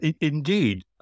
indeed